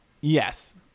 Yes